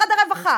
משרד הרווחה,